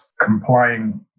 complying